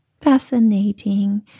fascinating